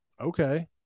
okay